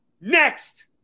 Next